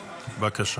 בבקשה.